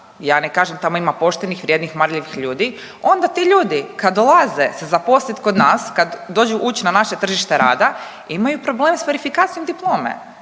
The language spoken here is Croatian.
ja ne kažem tamo ima poštenih, vrijednih, marljivih ljudi onda ti ljudi kad dolaze se zaposliti kod nas, kad dođu ući na naše tržište rada imaju problem sa verifikacijom diplome.